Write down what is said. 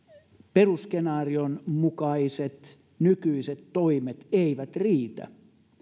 perusskenaarion mukaiset nykyiset toimet eivät riitä